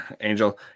Angel